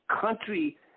country